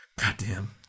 Goddamn